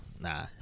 nah